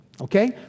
Okay